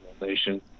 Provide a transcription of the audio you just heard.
nation